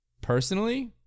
Personally